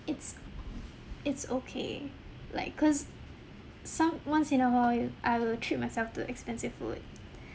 it's it's okay like cause some once in a while you I will treat myself to expensive food